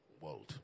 world